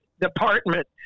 department